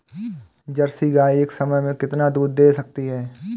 Jersey गाय एक समय में कितना दूध दे सकती है?